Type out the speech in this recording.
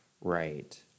Right